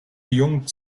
jung